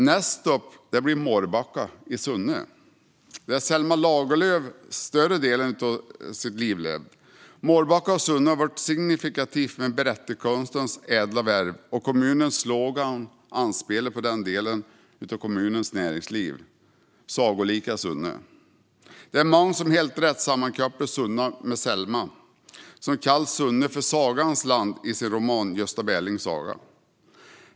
Nästa stopp blir Mårbacka i Sunne, där Selma Lagerlöf levde större delen av sitt liv. Mårbacka och Sunne har blivit signifikativa för berättarkonstens ädla värv. Kommunens slogan anspelar också på den delen av kommunens näringsliv - Sagolika Sunne . Det är många som mycket riktigt sammankopplar Sunne med Selma, som i sin roman Gösta Berlings saga kallade Sunne för sagans land.